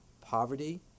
poverty